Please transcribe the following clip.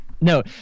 No